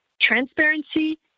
transparency